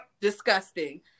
Disgusting